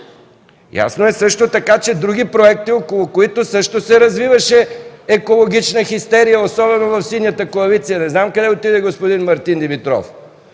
Ясно е също така, че други проекти, около които също се развиваше екологична хистерия, особено в Синята коалиция, не знам къде отиде господин Мартин Димитров